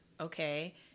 okay